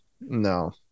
no